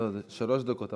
לא, זה שלוש דקות.